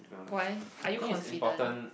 why are you confident